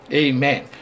amen